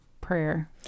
prayer